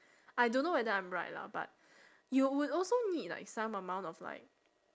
I don't know whether I'm right lah but you would also need like some amount of like